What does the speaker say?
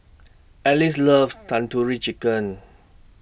Alize loves Tandoori Chicken